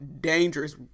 dangerous